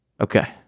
okay